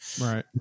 Right